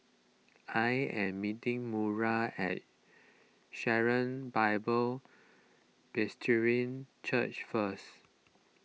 I am meeting Maura at Sharon Bible Presbyterian Church first